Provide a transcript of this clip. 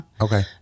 okay